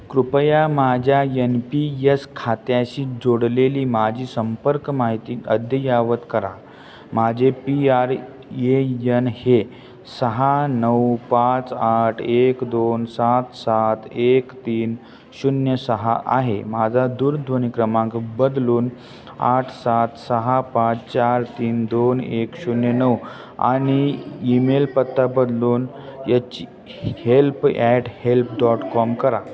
कृपया माझ्या N P S खात्याशी जोडलेली माझी संपर्क माहिती अद्ययावत करा माझे पी आर ये यन हे सहा नऊ पाच आठ एक दोन सात सात एक तीन शून्य सहा आहे माझा दूरध्वनी क्रमांक बदलून आठ सात सहा पाच चार तीन दोन एक शून्य नऊ आणि ईमेल पत्ता बदलून H help at help dot com करा